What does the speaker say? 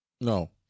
No